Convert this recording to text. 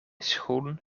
schoen